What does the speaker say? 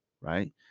right